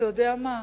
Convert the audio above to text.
אתה יודע מה,